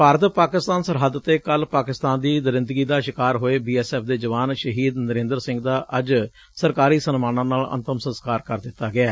ਭਾਰਤ ਪਾਕਿਸਤਾਨ ਸਰਹੱਦ ਤੇ ਕੱਲੂ ਪਾਕਿਸਤਾਨ ਦੀ ਦਰਿੰਦਗੀ ਦਾ ਸ਼ਿਕਾਰ ਹੋਏ ਬੀ ਐਸ ਐਫ਼ ਦੇ ਜਵਾਨ ਸ਼ਹੀਦ ਨਰੇਂਦਰ ਸਿੰਘ ਦਾ ਅੱਜ ਸਰਕਾਰੀ ਸਨਮਾਨਾਂ ਨਾਲ ਅੰਤਮ ਸੰਸਕਾਰ ਕਰ ਦਿੱਤਾ ਗਿਐ